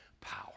power